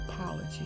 apology